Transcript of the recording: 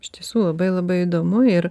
iš tiesų labai labai įdomu ir